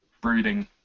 brooding